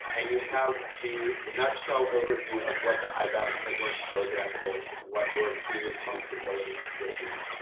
and you have the nutshell overview of what the i-best at work program is, and what your key responsibilities will be.